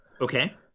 okay